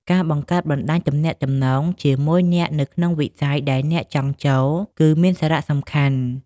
ការបង្កើតបណ្តាញទំនាក់ទំនង ជាមួយអ្នកនៅក្នុងវិស័យដែលលោកអ្នកចង់ចូល គឺមានសារៈសំខាន់។